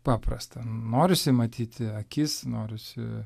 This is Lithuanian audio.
paprasta norisi matyti akis norisi